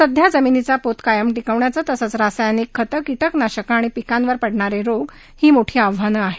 सध्या जमीनीचा पोत कायम टिकवण्याचं तसंच रासायनिक खतं किटकनाशकं आणि पिकांवर पडणारे रोग ही मोठी आव्हानं आहेत